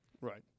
Right